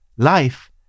Life